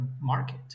market